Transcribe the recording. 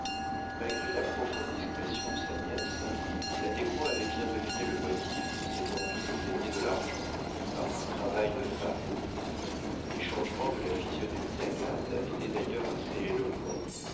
malgré la profonde discrétion de sa nièce la descoings avait bien deviné le motif de cette envie de gagner de l'argent par un travail de femme les changements de la physionomie d'agathe étaient d'ailleurs assez éloquents